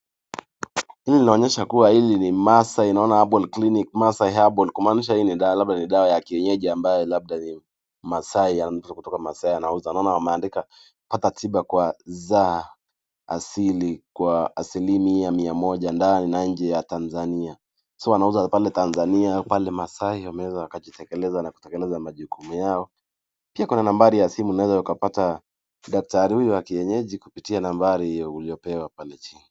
Hii inaonyesha kuwa hii ni Maasai, naona hapa ni clinic Maasai Herbal , ina maanisha hii ni labda ni dawa ya kienyeji ambayo labda ni Maasai anatoka Maasai anauza. Naona wameandika, "Pata tiba kwa za asili kwa asilimia mia moja ndani na nje ya Tanzania." So wanauza pale Tanzania pale Maasai wanaweza wakajiteteza na kutekeleza majukumu yao. Pia kuna nambari ya simu unaweza ukapata daktari huyu wa kienyeji kupitia nambari hiyo uliyopewa pale chini.